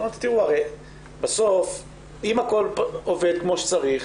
אמרתי שאם הכול עובד כמו שצריך